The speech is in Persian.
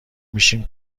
میشیم